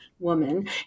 woman